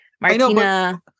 Martina